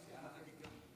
בהנחה שזה יקרה.